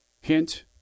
Hint